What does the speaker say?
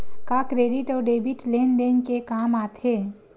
का क्रेडिट अउ डेबिट लेन देन के काम आथे?